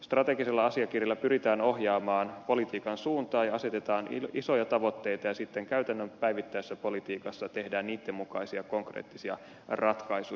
strategisella asiakirjalla pyritään ohjaamaan politiikan suuntaa ja asetetaan isoja tavoitteita ja sitten käytännön päivittäisessä politiikassa tehdään niitten mukaisia konkreettisia ratkaisuja